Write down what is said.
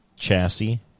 chassis